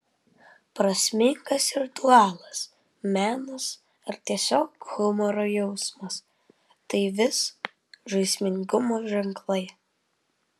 prasmingas ritualas menas ar tiesiog humoro jausmas tai vis žaismingumo ženklai